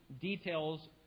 details